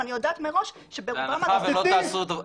ואני יודעת מראש שברובם הגדול לא יהיה.